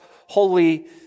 holy